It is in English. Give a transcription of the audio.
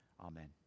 Amen